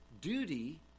duty